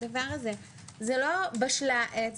זה לא בשלה העת,